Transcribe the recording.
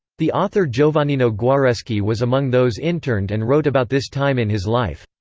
the author giovannino guareschi was among those interned and wrote about this time in his life.